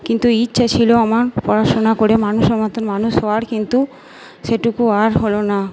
কিন্তু ইচ্ছা ছিল আমার পড়াশুনা করে মানুষের মতো মানুষ হওয়ার কিন্তু সেটুকু আর হলো না